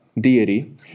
deity